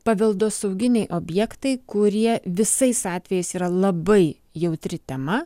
paveldosauginiai objektai kurie visais atvejais yra labai jautri tema